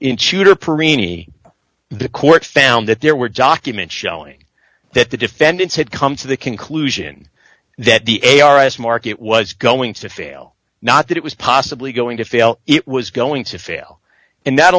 cheater perini the court found that there were documents showing that the defendants had come to the conclusion that the a r a s market was going to fail not that it was possibly going to fail it was going to fail and not